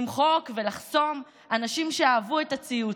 למחוק ולחסום אנשים שאהבו את הציוץ,